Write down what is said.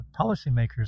policymakers